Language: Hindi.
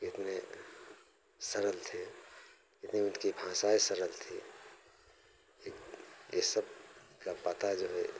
कितने सरल थे इतनी उनकी भाषाएँ सरल थी ये ये सब का पता जो है